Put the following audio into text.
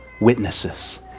witnesses